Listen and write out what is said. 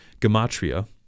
gematria